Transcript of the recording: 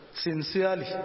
sincerely